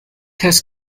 has